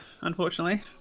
unfortunately